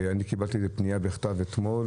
אני קיבלתי מאזרח פנייה בכתב אתמול,